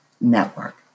network